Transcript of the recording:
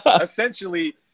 essentially